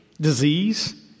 disease